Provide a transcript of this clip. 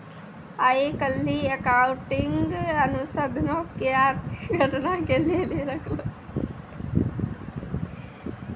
आइ काल्हि अकाउंटिंग अनुसन्धानो के आर्थिक घटना के लेली रखलो जाबै लागलै